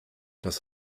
das